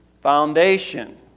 foundation